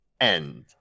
end